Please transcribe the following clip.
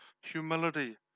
Humility